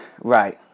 Right